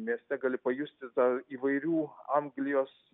mieste gali pajusti tą įvairių anglijos